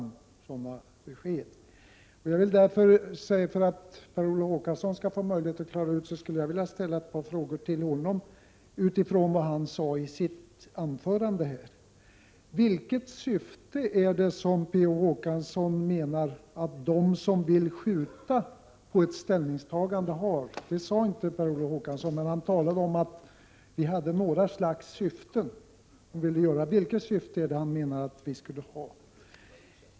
För att han skall få möjlighet att klara ut detta vill jag på nytt ställa ett par frågor till honom med utgångspunkt i vad han sade i sitt anförande. Vilket syfte menar Per Olof Håkansson att de har som vill skjuta på ett ställningstagande? Det nämnde han inte när han talade om att vi hade några slags syften. Vilka syften menar han att vi skulle ha?